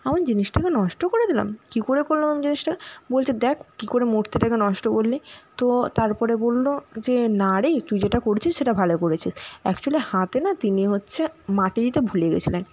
আমি জিনিসটাকে নষ্ট করে দিলাম কি করে করলাম আমি জিনিসটা বলছে দেখ কি করে মূর্তিটাকে নষ্ট করলি তো তারপরে বললো যে না রে তুই যেটা করছিস সেটা ভালো করেছিস অ্যাকচুয়ালি হাতে না তিনি হচ্ছে মাটি দিতে ভুলে গেছিলেন